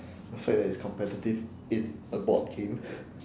the fact that it's competitive in a board game